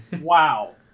wow